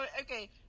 okay